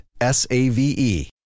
S-A-V-E